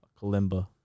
Kalimba